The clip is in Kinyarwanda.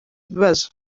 ibibazo